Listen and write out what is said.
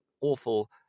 awful